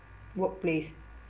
workplace